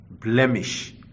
blemish